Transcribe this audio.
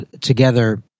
together